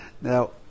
Now